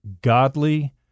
godly